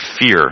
fear